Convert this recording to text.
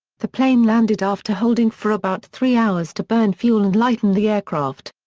the plane landed after holding for about three hours to burn fuel and lighten the aircraft.